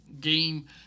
game